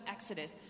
Exodus